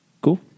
Cool